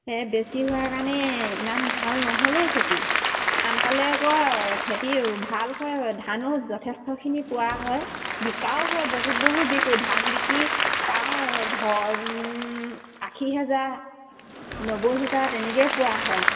সেই বেছি হোৱাৰ কাৰণে ইমান ভাল নহ'লে খেতি আনকালে আকৌ খেতি ভাল হয় ধানো যথেষ্টখিনি পোৱা হয় বিকাও হয় বহুত বহুত বিকো ধান বিকি পাওঁ ঘৰ আশী হেজাৰ নব্বৈ হেজাৰ তেনেকৈ পোৱা হয়